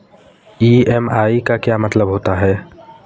EMI का क्या मतलब होता है?